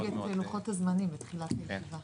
הוא הציג את לוחות הזמנים בתחילת הישיבה.